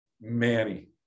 Manny